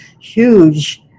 huge